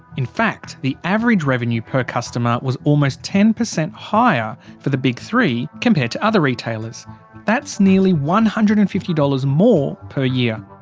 in fact, the average revenue per customer was almost ten per cent higher for the big three compared to other retailers that's nearly one hundred and fifty dollars more per year.